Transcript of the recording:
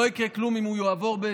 לא יקרה כלום אם הוא יעבור,